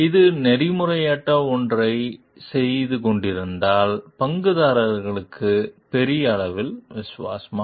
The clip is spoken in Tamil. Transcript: இது நெறிமுறையற்ற ஒன்றைச் செய்து கொண்டிருந்தால் பங்குதாரர்களுக்குப் பெரிய அளவில் விசுவாசம்